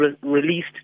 released